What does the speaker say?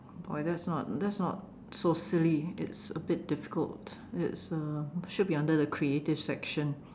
boy that's not that's not so silly it's a bit difficult it's um should be under the creative section